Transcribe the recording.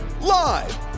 Live